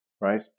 right